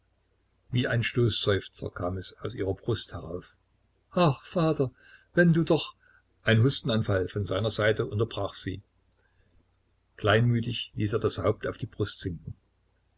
wie ein stoßseufzer kam es aus ihrer brust herauf ach vater wenn du doch ein hustenanfall von seiner seite unterbrach sie kleinmütig ließ er das haupt auf die brust sinken